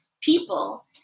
people